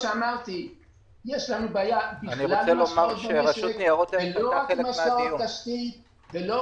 רשות ניירות ערך הייתה חלק מהדיון.